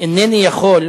אינני יכול,